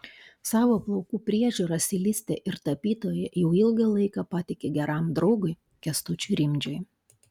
savo plaukų priežiūrą stilistė ir tapytoja jau ilgą laiką patiki geram draugui kęstučiui rimdžiui